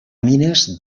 mines